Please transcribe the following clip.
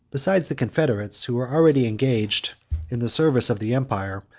besides the confederates, who were already engaged in the service of the empire,